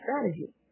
strategy